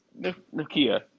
Nokia